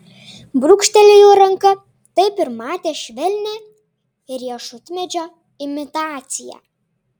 brūkštelėjo ranka taip ir matė švelnią riešutmedžio imitaciją